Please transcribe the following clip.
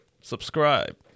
Subscribe